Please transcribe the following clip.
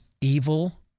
evil